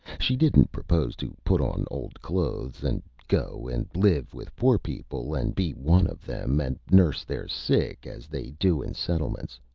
she didn't propose to put on old clothes, and go and live with poor people, and be one of them, and nurse their sick, as they do in settlements.